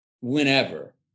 whenever